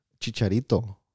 Chicharito